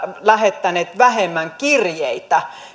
lähettäneet vähemmän kirjeitä